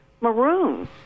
maroon